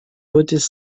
beautés